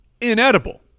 inedible